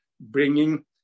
bringing